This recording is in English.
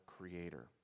Creator